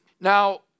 Now